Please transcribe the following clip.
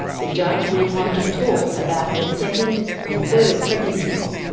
the judge went on to talk about her second and third pregnancies.